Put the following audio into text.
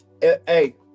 Hey